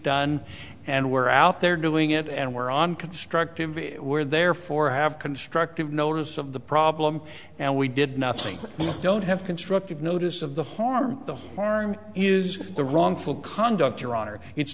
done and we're out there doing it and we're on constructive it where therefore have constructive notice of the problem and we did nothing don't have constructive notice of the harm the harm is the wrongful conduct your honor it's